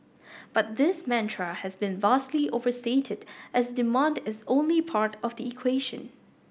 but this mantra has been vastly overstated as demand as only part of the equation